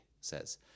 says